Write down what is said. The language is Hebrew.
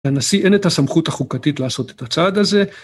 הנשיא אין את הסמכות החוקתית לעשות את הצעד הזה.